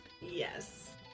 Yes